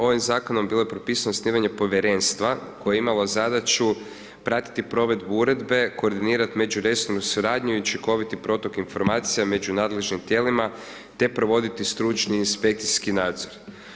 Ovim Zakonom bilo je propisano osnivanje Povjerenstva koje je imalo zadaću pratiti provedbu Uredbe, koordinirati međuresornu suradnji i učinkoviti protok informacija među nadležnim tijelima, te provoditi stručni inspekcijski nadzor.